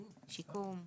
שיקום.